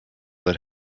that